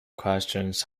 questions